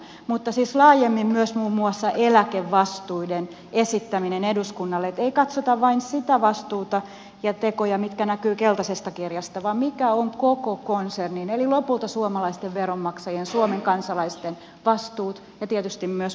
mutta siis laajemmin siihen liittyy myös muun muassa eläkevastuiden esittäminen eduskunnalle se että ei katsota vain sitä vastuuta ja niitä tekoja mitkä näkyvät keltaisesta kirjasta vaan sitä mitkä ovat koko konsernin eli lopulta suomalaisten veronmaksajien suomen kansalaisten vastuut ja tietysti myös mahdollisuudet